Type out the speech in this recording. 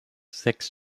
six